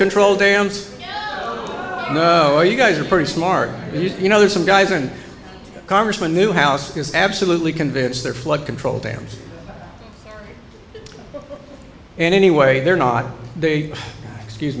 control dams no you guys are pretty smart you know there are some guys and congressman newhouse is absolutely convinced they're flood control dams and anyway they're not they excuse